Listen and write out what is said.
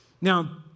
Now